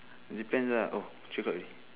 it depends ah oh three o'clock already